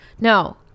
No